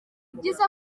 byiza